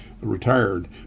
retired